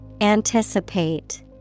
Anticipate